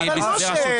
--- אבל משה.